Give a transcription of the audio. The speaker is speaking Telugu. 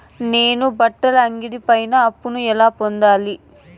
నేను బట్టల అంగడి పైన అప్పును ఎలా పొందాలి?